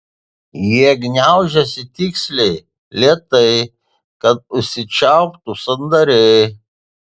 jie gniaužiasi tiksliai lėtai kad užsičiauptų sandariai